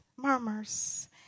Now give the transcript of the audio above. Murmurs